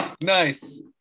Nice